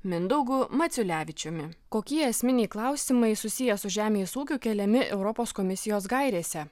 mindaugu maciulevičiumi kokie esminiai klausimai susiję su žemės ūkiu keliami europos komisijos gairėse